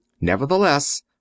Nevertheless